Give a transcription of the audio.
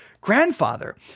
Grandfather